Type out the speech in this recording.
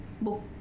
Book